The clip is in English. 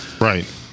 Right